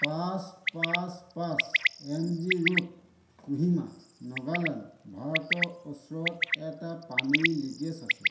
পাঁচ পাঁচ পাঁচ M G road Kohima Nagaland ভাৰতৰ ওচৰত এটা পানীৰ লিকেজ আছে